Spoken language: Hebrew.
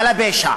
על הפשע,